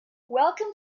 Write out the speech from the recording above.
welcome